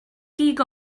gig